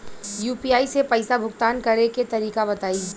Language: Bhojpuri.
यू.पी.आई से पईसा भुगतान करे के तरीका बताई?